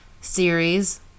series